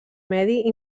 medi